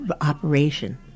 operation